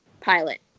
pilot